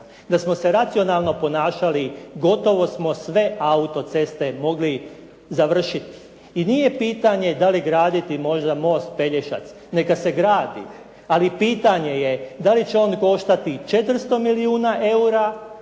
Da smo se racionalno ponašali gotovo smo sve auto-ceste mogli završiti i nije pitanje da li graditi možda most Pelješac. Neka se gradi, ali pitanje je da li će on koštati 400 milijuna eura